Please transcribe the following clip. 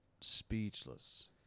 Speechless